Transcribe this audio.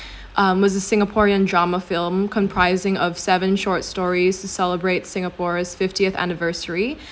um was a singaporean drama film comprising of seven short stories to celebrate singapore's fiftieth anniversary